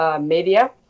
media